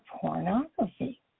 pornography